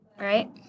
Right